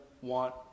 want